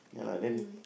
ya lah then